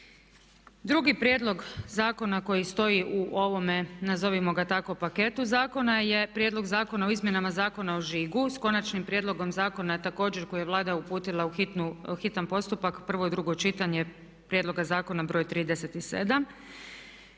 Drugi prijedlog zakona koji stoji u ovome nazovimo ga tako paketu zakona je prijedlog Zakona o izmjenama Zakona o žigu s konačnim prijedlogom zakona također koji je Vlada uputila u hitan postupak, prvo i drugo čitanje, prijedloga zakona broj 37.